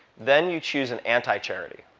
then you choose an anti-charity.